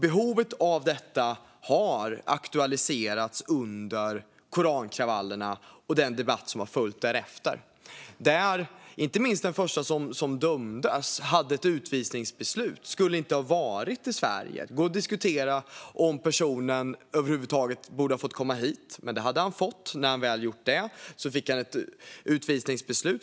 Behovet av detta har aktualiserats under korankravallerna och den debatt som har följt därefter. Den förste som dömdes i det sammanhanget hade ett utvisningsbeslut och skulle inte ha varit i Sverige. Det går att diskutera om personen över huvud taget borde ha fått komma hit, men det fick han alltså. Men när han väl kommit hit fick han ett utvisningsbeslut.